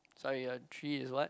sorry your three is what